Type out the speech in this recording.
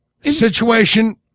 Situation